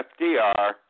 FDR